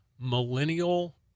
millennial